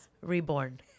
reborn